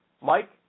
Mike